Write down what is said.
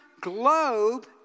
globe